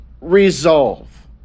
resolve